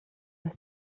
les